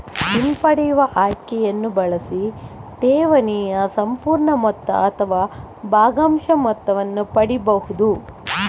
ಹಿಂಪಡೆಯುವ ಆಯ್ಕೆಯನ್ನ ಬಳಸಿ ಠೇವಣಿಯ ಸಂಪೂರ್ಣ ಮೊತ್ತ ಅಥವಾ ಭಾಗಶಃ ಮೊತ್ತವನ್ನ ಪಡೀಬಹುದು